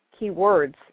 keywords